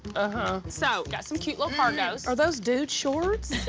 uh-huh. so, got some cute little cargos. are those dude shorts?